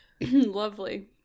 lovely